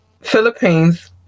Philippines